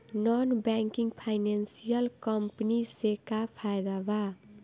Non banking financial company से का फायदा बा?